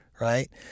right